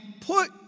put